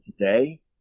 today